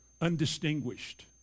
undistinguished